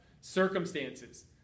circumstances